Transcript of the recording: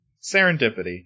serendipity